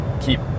keep